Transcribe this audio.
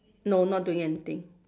no not doing anything